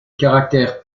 caractère